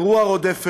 אירוע רודף אירוע,